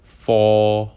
four